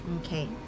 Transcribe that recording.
Okay